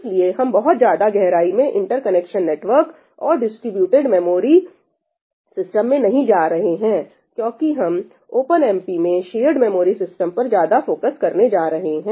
इसलिए हम बहुत ज्यादा गहराई में इंटरकनेक्शन नेटवर्क और डिस्ट्रीब्यूटेड मेमोरी सिस्टम में नहीं जा रहे हैं क्योंकि हम OpenMp में शेयर्ड मेमोरी सिस्टम्स पर ज्यादा फोकस करने जा रहे हैं